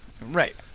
Right